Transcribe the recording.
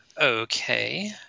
Okay